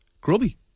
grubby